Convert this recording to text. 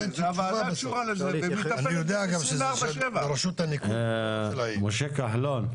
הוועדה קשורה לזה ומטפלת בזה 24/7. משה כחלון,